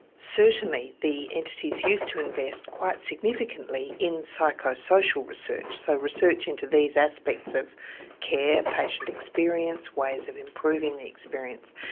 certainly the entities used to invest quite significantly in psycho-social research, so research into these aspects of care, patient experience, ways of improving the experience,